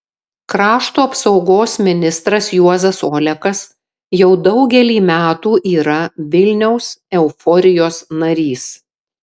krašto apsaugos ministras juozas olekas jau daugelį metų yra vilniaus euforijos narys